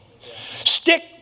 Stick